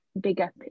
bigger